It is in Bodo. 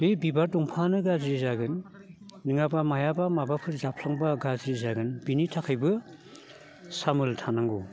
बे बिबार दंफांआनो गाज्रि जागोन नङाबा मायाबा माबा जाफ्लांबा गाज्रि जागोन बेनि थाखायबो सामोल थानांगौ